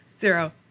Zero